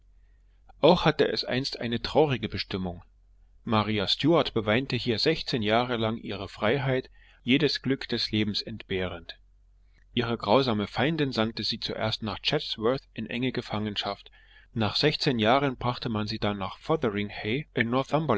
auch hatte es einst eine traurige bestimmung maria stuart beweinte hier sechzehn jahre lang ihre freiheit jedes glück des lebens entbehrend ihre grausame feindin sandte sie zuerst nach chatsworth in enge gefangenschaft nach sechzehn jahren brachte man sie dann nach